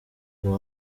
you